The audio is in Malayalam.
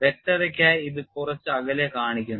വ്യക്തതയ്ക്കായി ഇത് കുറച്ച് അകലെ കാണിക്കുന്നു